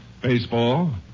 Baseball